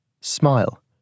smile